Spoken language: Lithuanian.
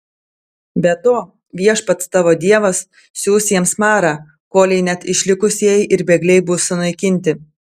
be to viešpats tavo dievas siųs jiems marą kolei net išlikusieji ir bėgliai bus sunaikinti